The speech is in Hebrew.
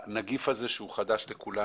הנגיף הזה שהוא חדש לכולנו